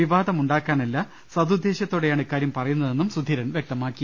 വിവാദമുണ്ടാക്കാനല്ല സദുദ്ദേശ്യ ത്തോടെയാണ് ഇക്കാര്യം പറയുന്നതെന്നും സുധീരൻ വ്യക്തമാ ക്കി